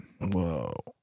whoa